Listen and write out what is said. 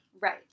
Right